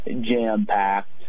jam-packed